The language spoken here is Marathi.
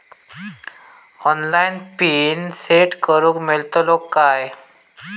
ऑनलाइन पिन सेट करूक मेलतलो काय?